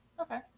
Okay